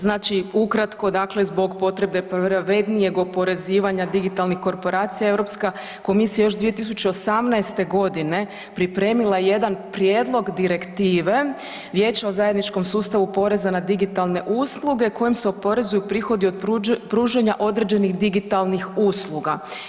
Znači ukratko zbog potrebe pravednijeg oporezivanja digitalnih korporacija Europska komisija još 2018. godine pripremila je jedan prijedlog direktive, riječ je o zajedničkom sustavu poreza na digitalne usluge kojim se oporezuju prihodi od pružanja određenih digitalnih usluga.